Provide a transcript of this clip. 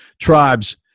Tribes